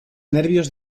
nervios